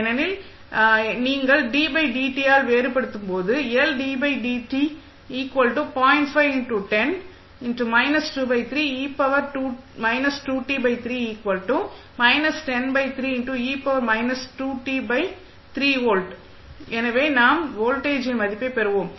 ஏனெனில் என்பது நீங்கள் ஆல் வேறுபடுத்தும் போது எனவே நாம் வோல்டேஜ் V இன் மதிப்பைப் பெறுவோம்